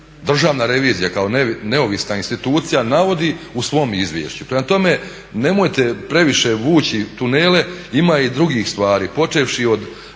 Državna revizija kao neovisna institucija navodi u svom izvješću. Prema tome, nemojte previše vući tunele, ima i drugih stvari počevši od